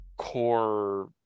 core